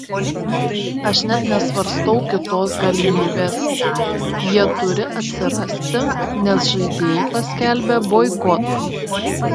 aš net nesvarstau kitos galimybės jie turi atsirasti nes žaidėjai paskelbė boikotą